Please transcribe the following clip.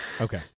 Okay